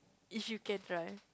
if you can drive